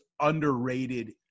underrated